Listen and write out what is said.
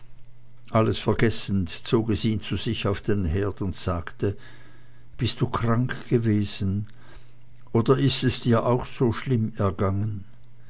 alles vergessend zog es ihn zu sich auf den herd und sagte bist du krank gewesen oder ist es dir auch so schlimm gegangen